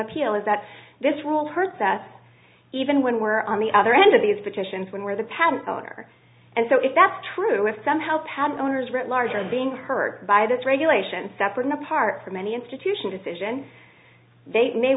appeal is that this rule hurts us even when we're on the other end of these petitions when we're the patent owner and so if that's true if somehow patent owners writ large are being hurt by this regulation separate and apart from any institution decision they may